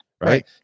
right